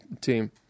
team